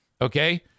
Okay